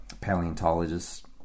paleontologist